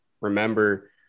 remember